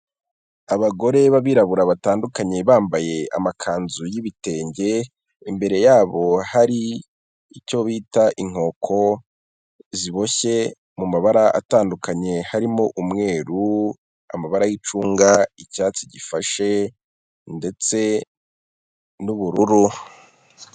Abagore b'abirabura batandukanye bambaye amakanzu y'ibitenge, imbere yabo hari icyo bita inkoko ziboshye mu mabara atandukanye, harimo umweru amabara y'icunga icyatsi gifashe ndetse n'ubururu.